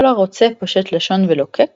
כל הרוצה פושט לשון ולוקק,